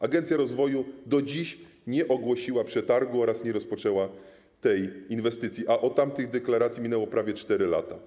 Agencja rozwoju do dziś nie ogłosiła przetargu oraz nie rozpoczęła tej inwestycji, a od tamtej deklaracji minęły prawie 4 lata.